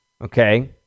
okay